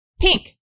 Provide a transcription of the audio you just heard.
pink